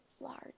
large